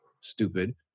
Stupid